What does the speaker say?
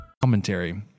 Commentary